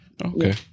Okay